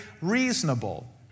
reasonable